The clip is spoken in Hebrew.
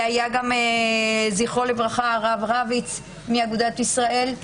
והיה גם הרב רביץ, זכרו לברכה, מאגודת ישראל.